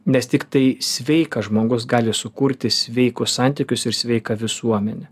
nes tiktai sveikas žmogus gali sukurti sveikus santykius ir sveika visuomenę